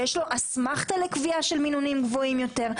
שיש לו אסמכתא לקביעה של מינונים גבוהים יותר.